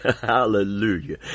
hallelujah